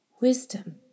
Wisdom